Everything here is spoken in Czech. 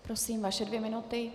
Prosím, vaše dvě minuty.